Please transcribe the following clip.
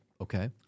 Okay